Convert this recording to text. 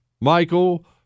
Michael